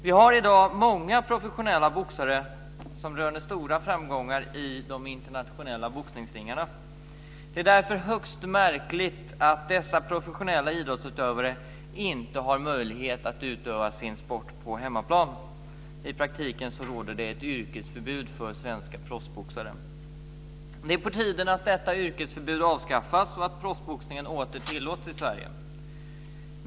Vi har i dag många professionella boxare som röner stora framgångar i de internationella boxningsringarna. Det är därför högst märkligt att dessa professionella idrottsutövare inte har möjlighet att utöva sin sport på hemmaplan. I praktiken råder det ett yrkesförbud för svenska proffsboxare. Det är på tiden att detta yrkesförbud avskaffas och att proffsboxningen åter tillåts i Sverige.